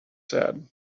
said